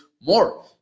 more